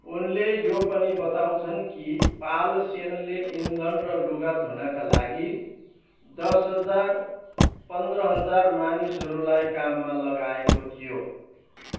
उनले यो पनि बताउँछन् कि पाल सेनले इन्धन र लुगा धुनका लागि दस हजार पन्ध्र हजार मानिसहरूलाई काममा लगाएको थियो